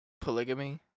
Polygamy